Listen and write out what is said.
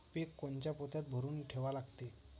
पीक कोनच्या पोत्यात भरून ठेवा लागते?